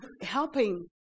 Helping